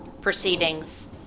proceedings